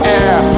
air